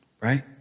right